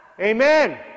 Amen